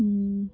ಹ್ಞೂ